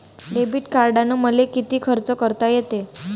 Debit कार्डानं मले किती खर्च करता येते?